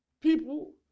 People